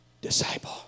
disciple